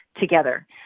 together